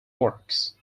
works